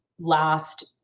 last